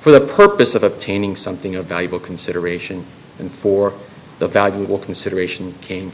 for the purpose of obtaining something about able consideration and for the valuable consideration came